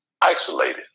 isolated